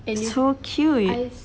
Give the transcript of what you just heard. it's so cute